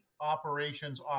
Operations